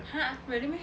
ha really meh